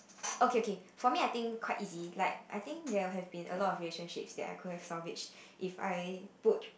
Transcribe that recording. okay okay for me I think quite easy like I think there have been a lot of relationships that I could've solve which if I put